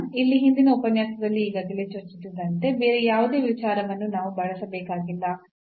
ಇಲ್ಲಿ ಹಿಂದಿನ ಉಪನ್ಯಾಸದಲ್ಲಿ ಈಗಾಗಲೇ ಚರ್ಚಿಸಿದ್ದಕ್ಕಿಂತ ಬೇರೆ ಯಾವುದೇ ವಿಚಾರವನ್ನು ನಾವು ಬಳಸಬೇಕಾಗಿಲ್ಲ